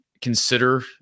consider